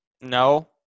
No